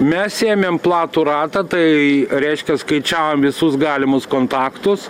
mes ėmėm platų ratą tai reiškia skaičiavom visus galimus kontaktus